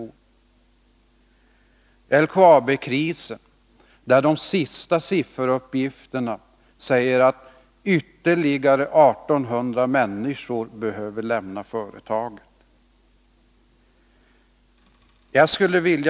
När det gäller LKAB-krisen säger de senaste sifferuppgifterna att ytterligare 1800 människor bör lämna företaget.